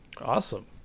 Awesome